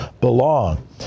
belong